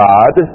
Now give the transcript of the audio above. God